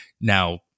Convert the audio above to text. Now